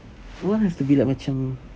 that [one] has to be like macam